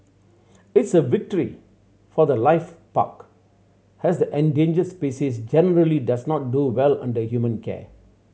it's a victory for the life park as the endangered species generally does not do well under human care